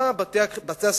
חבר הכנסת מיכאלי,